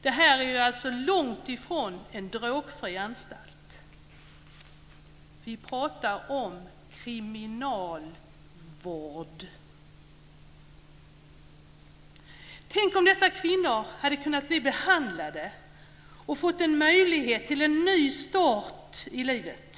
Det här är långt ifrån en drogfri anstalt. Vi pratar om kriminal-vård! Tänk om dessa kvinnor hade kunnat bli behandlade och fått möjlighet till en ny start i livet.